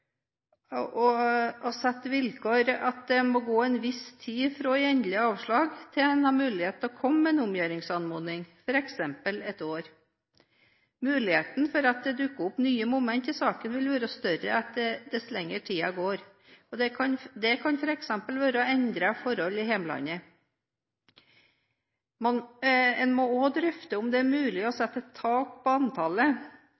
avtalene å sette vilkår om at det må gå en viss tid fra endelig avslag til man får mulighet til å komme med en omgjøringsanmodning, f.eks. ett år. Muligheten for at det dukker opp nye momenter i saken vil være større dess lengre tid det går. Det kan f.eks. være endrede forhold i hjemlandet. Man bør også drøfte om det er mulig å